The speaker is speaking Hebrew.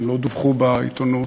הם לא דווחו בעיתונות,